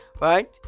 right